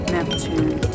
Neptune